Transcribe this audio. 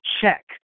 check